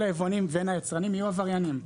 כל היבואנים וגם היצרנים יהיו עבריינים.